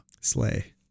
slay